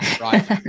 right